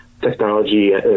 Technology